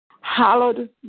hallowed